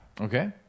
Okay